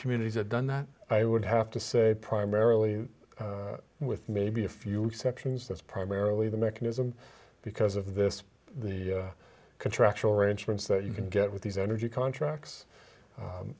communities are done that i would have to say primarily with maybe a few exceptions that's primarily the mechanism because of this the contractual arrangements that you can get with these energy contracts